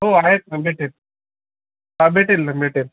हो आहेत ना भेटेल हां भेटेल ना भेटेल